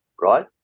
right